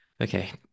Okay